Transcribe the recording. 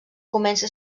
comença